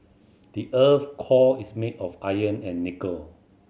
the earth's core is made of iron and nickel